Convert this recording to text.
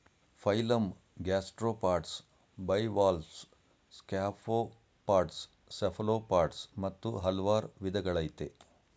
phylum gastropods bivalves scaphopods cephalopods ಮತ್ತು ಹಲ್ವಾರ್ ವಿದಗಳಯ್ತೆ